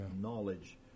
knowledge